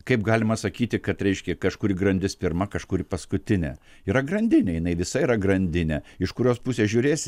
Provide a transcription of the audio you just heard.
kaip galima sakyti kad reiškia kažkuri grandis pirma kažkur paskutinė yra grandinė jinai visa yra grandinė iš kurios pusės žiūrėsi